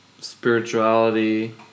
Spirituality